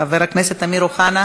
חבר הכנסת אמיר אוחנה,